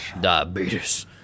Diabetes